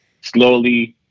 slowly